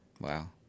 Wow